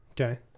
Okay